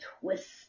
twist